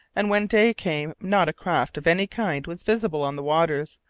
and when day came not a craft of any kind was visible on the waters,